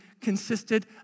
consisted